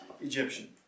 Egyptian